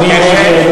מי נגד?